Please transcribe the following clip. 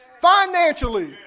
financially